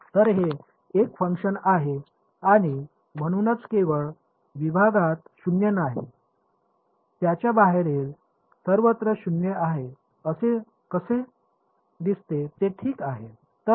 तर हे एक फंक्शन आहे आणि म्हणूनच केवळ विभागात शून्य नाही त्याच्या बाहेरील सर्वत्र शून्य आहे ते कसे दिसते हे ठीक आहे